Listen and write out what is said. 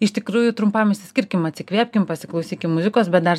iš tikrųjų trumpam išsiskirkim atsikvėpkim pasiklausykim muzikos bet dar